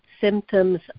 symptoms